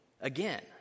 again